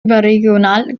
überregional